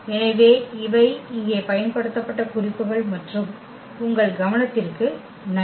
எனவே இவை இங்கே பயன்படுத்தப்பட்ட குறிப்புகள் மற்றும் உங்கள் கவனத்திற்கு நன்றி